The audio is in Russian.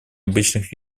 обычных